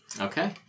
Okay